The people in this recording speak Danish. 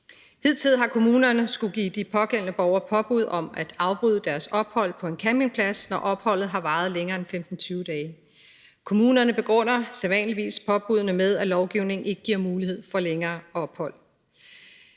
Hidtil har kommunerne skullet give de pågældende borgere påbud om at afbryde deres ophold på en campingplads, når opholdet har varet længere end 15-20 dage. Kommunerne begrunder sædvanligvis påbuddene med, at lovgivningen ikke giver mulighed for længere ophold.